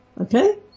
Okay